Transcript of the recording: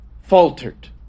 faltered